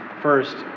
first